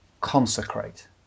Consecrate